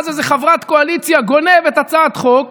ואז איזה חברת קואליציה גונבת את הצעת החוק,